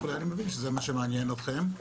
אני מבין שזה מה שמעניין אתכם.